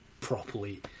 properly